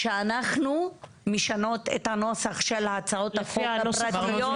שאנחנו משנות את הנוסח של הצעות החוק הפרטיות --- לפי הנוסח הממשלתי.